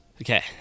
okay